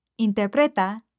interpreta